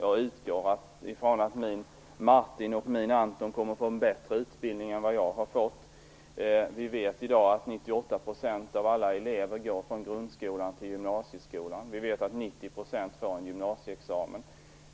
Jag utgår från att mina barn Martin och Anton kommer att få en bättre utbildning än vad jag har fått. Vi vet i dag att 98 % av alla elever går från grundskolan till gymnasieskolan. Vi vet att 90 % får en gymnasieexamen.